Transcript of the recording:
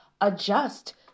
adjust